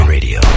Radio